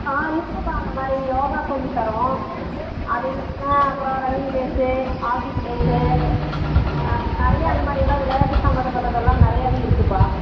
ஆ இருக்குதுப்பா அந்த மாதிரி யோகா சொல்லி தரோம் அது இல்லாமல் அப்புறம் ரன்னிங் ரேஸு ஆகி ப்ளேஸு நிறையா அந்த மாதிரி எல்லாம் விளையாட்டு சம்மந்தப்பட்டது எல்லாம் நிறையாவே இருக்குதுப்பா